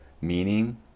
meaning